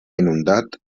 inundat